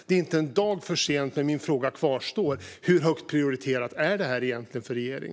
Det är inte en dag för tidigt. Min fråga kvarstår: Hur högt prioriterar regeringen detta?